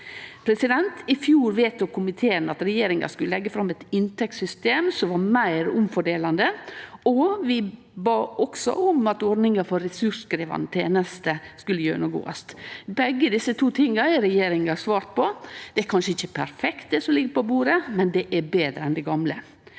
framover. I fjor vedtok komiteen at regjeringa skulle leggje fram eit inntektssystem som var meir omfordelande, og vi bad også om at ordninga for ressurskrevjande tenester skulle gjennomgåast. Begge desse to tinga har regjeringa svart på. Det er kanskje ikkje perfekt, det som ligg på bordet, men det er betre enn det gamle.